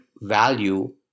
value